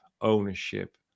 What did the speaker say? ownership